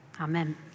Amen